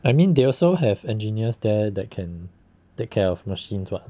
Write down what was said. I mean they also have engineers there that can take care of machines [what]